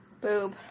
Boob